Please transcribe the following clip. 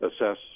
assess